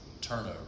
turnover